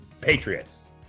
Patriots